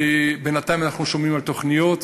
בינתיים אנחנו שומעים על תוכניות,